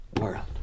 world